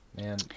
Man